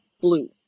blue